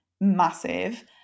massive